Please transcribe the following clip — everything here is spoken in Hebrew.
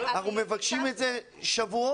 אנחנו מבקשים את זה שבועות.